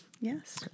Yes